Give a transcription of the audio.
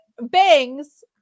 bangs